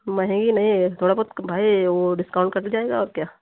महंगी नहीं है थोड़ा बहुत क भाई वो डिस्काउंट कर दिया जाएगा और क्या